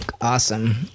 Awesome